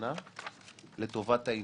ונבונה לטובת העניין.